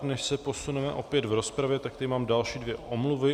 Než se posuneme opět v rozpravě, tak tu mám další dvě omluvy.